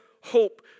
hope